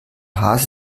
hase